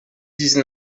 dix